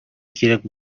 кирәк